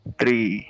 three